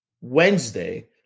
Wednesday